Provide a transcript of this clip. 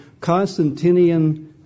Constantinian